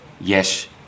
yes